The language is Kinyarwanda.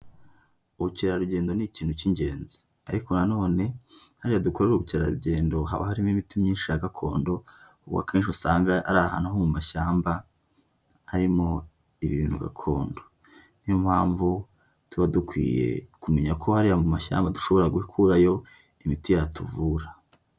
Ubukerarugendo ni ikintu cy'ingenzi, ariko nanone hariya dukorera ubukerarugendo haba harimo imiti myinshi ya gakondo, ubu akenshi usanga ari ahantu ho mu mashyamba harimo ibintu gakondo, ni yo mpamvu tuba dukwiye kumenya ko hariya mu mashyamba dushobora gukurayo imiti yatuvura.